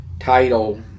title